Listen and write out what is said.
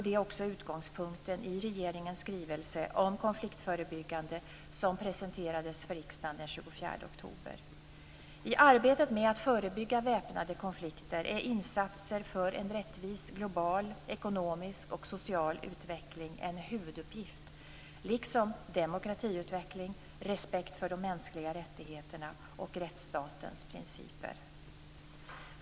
Det är också utgångspunkten i regeringens skrivelse om konfliktförebyggande som presenterades för riksdagen den 24 oktober. I arbetet med att förebygga väpnade konflikter är insatser för en rättvis, global, ekonomisk och social utveckling en huvuduppgift liksom demokratiutveckling, respekt för de mänskliga rättigheterna och rättsstatens principer.